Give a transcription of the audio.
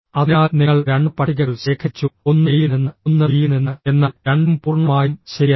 അതിനാൽ നിങ്ങൾ രണ്ട് പട്ടികകൾ ശേഖരിച്ചു ഒന്ന് എയിൽ നിന്ന് ഒന്ന് ബിയിൽ നിന്ന് എന്നാൽ രണ്ടും പൂർണ്ണമായും ശരിയല്ല